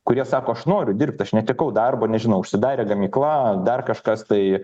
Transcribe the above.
kurie sako aš noriu dirbt aš netekau darbo nežinau užsidarė gamykla dar kažkas tai